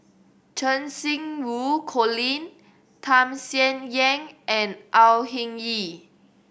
Cheng Xinru Colin Tham Sien Yen and Au Hing Yee